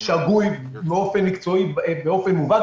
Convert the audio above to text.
שגוי באופן מובהק,